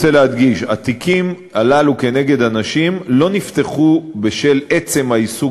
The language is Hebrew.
אני רוצה להדגיש: התיקים הללו כנגד הנשים לא נפתחו בשל עצם העיסוק